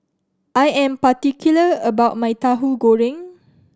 I am particular about my Tahu Goreng